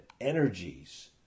energies